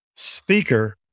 speaker